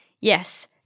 Yes